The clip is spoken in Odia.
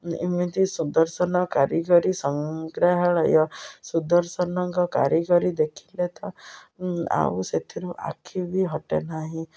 ଏମିତି ସୁଦର୍ଶନ କାରିଗରୀ ସଂଗ୍ରହାଳୟ ସୁଦର୍ଶନଙ୍କ କାରିଗରୀ ଦେଖିଲେ ତ ଆଉ ସେଥିରୁ ଆଖି ବି ହଟେ ନାହିଁ